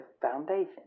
foundation